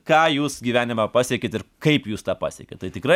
ką jūs gyvenime pasiekėt ir kaip jūs tą pasiekėt tai tikrai